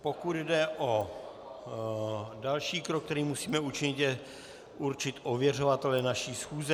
Pokud jde o další krok, který musíme učinit, je určit ověřovatele naší schůze.